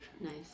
Nice